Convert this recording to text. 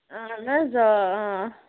اَہَن حظ آ آ